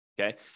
okay